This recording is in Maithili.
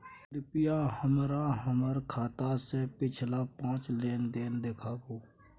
कृपया हमरा हमर खाता से पिछला पांच लेन देन देखाबु